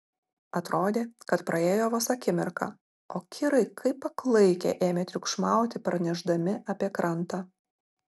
atrodė kad praėjo vos akimirka o kirai kaip paklaikę ėmė triukšmauti pranešdami apie krantą